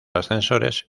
ascensores